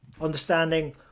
understanding